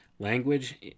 Language